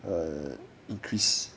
err increase